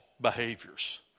behaviors